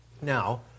Now